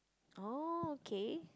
oh K